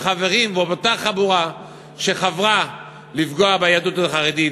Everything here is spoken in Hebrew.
חברים באותה חבורה שחברה לפגוע ביהדות החרדית.